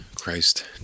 Christ